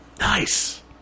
Nice